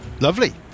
Lovely